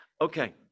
Okay